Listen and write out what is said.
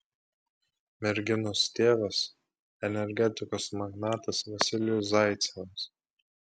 merginos tėvas energetikos magnatas vasilijus zaicevas